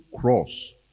cross